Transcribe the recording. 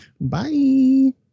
Bye